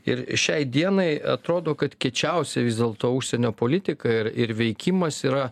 ir šiai dienai atrodo kad kiečiausia vis dėlto užsienio politika ir ir veikimas yra